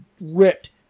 ripped